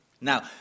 Now